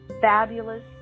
fabulous